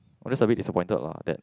I'm just a bit disappointed lah that